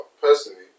personally